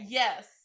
yes